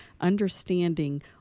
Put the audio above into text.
understanding